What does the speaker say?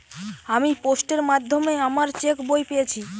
আমি পোস্টের মাধ্যমে আমার চেক বই পেয়েছি